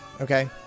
Okay